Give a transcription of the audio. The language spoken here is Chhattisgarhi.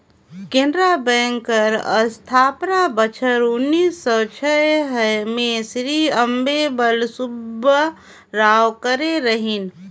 केनरा बेंक कर अस्थापना बछर उन्नीस सव छय में श्री अम्मेम्बल सुब्बाराव करे रहिन